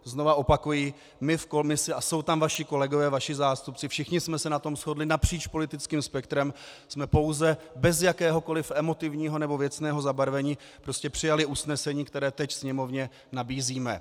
Znovu opakuji, my v komisi, a jsou tam vaši kolegové, vaši zástupci, všichni jsme se na tom shodli, napříč politickém spektrem jsme pouze bez jakéhokoliv emotivního nebo věcného zabarvení přijali usnesení, které teď Sněmovně nabízíme.